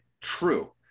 true